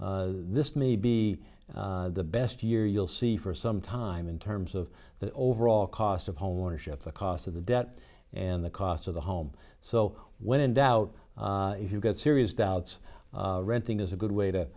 this may be the best year you'll see for some time in terms of the overall cost of homeownership the cost of the debt and the cost of the home so when in doubt if you get serious doubts renting is a good way to